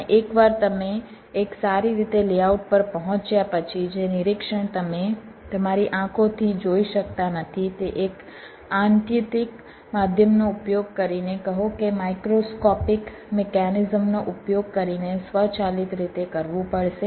અને એકવાર તમે એક સારી રીતે લેઆઉટ પર પહોંચ્યા પછી જે નિરીક્ષણ તમે તમારી આંખોથી જોઈ શકતા નથી તે એક આત્યંતિક માધ્યમનો ઉપયોગ કરીને કહો કે માઇક્રોસ્કોપિક મિકેનિઝમ નો ઉપયોગ કરીને સ્વચાલિત રીતે કરવું પડશે